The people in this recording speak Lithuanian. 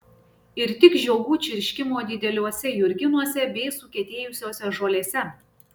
ir tik žiogų čirškimo dideliuose jurginuose bei sukietėjusiose žolėse